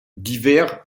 divers